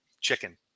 chicken